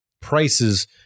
Price's